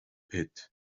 pit